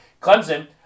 Clemson